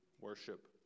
worship